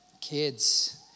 kids